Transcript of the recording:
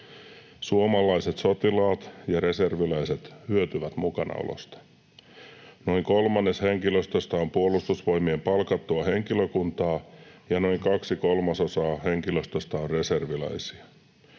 Suomalaiset sotilaat ja reserviläiset hyötyvät mukanaolosta. Noin kolmannes henkilöstöstä on Puolustusvoimien palkattua henkilökuntaa, ja noin kaksi kolmasosaa henkilöstöstä on reserviläisiä.